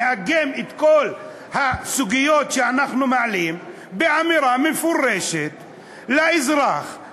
נאגם את כל הסוגיות שאנחנו מעלים באמירה מפורשת לאזרח,